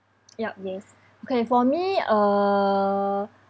yup yes okay for me uh